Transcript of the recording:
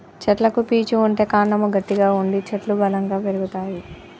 చెట్లకు పీచు ఉంటే కాండము గట్టిగా ఉండి చెట్లు బలంగా పెరుగుతాయి